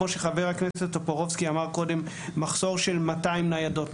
כמו שחבר הכנסת טופורובסקי אמר קודם מחסור של 200 ניידות,